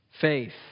Faith